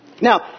Now